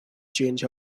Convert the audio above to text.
change